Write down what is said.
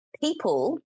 people